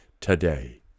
today